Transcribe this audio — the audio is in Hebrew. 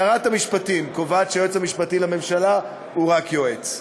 שרת המשפטים קובעת שהיועץ המשפטי לממשלה הוא רק יועץ.